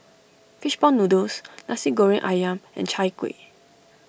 Fish Ball Noodles Nasi Goreng Ayam and Chai Kuih